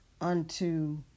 unto